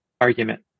argument